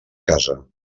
casa